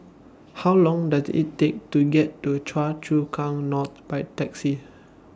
How Long Does IT Take to get to Choa Chu Kang North By Taxi